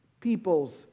peoples